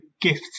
gifts